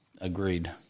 Agreed